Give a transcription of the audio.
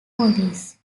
movies